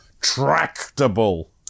Tractable